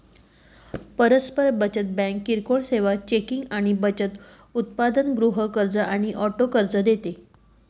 परस्पर बचत बँक किरकोळ सेवा, चेकिंग आणि बचत उत्पादन, गृह कर्ज आणि ऑटो कर्ज देते